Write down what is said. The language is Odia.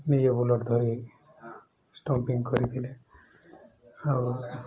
ନିଜେ ବୋଲର୍ ଧରି ଷ୍ଟମ୍ପିଙ୍ଗ କରିଥିଲେ ଆଉ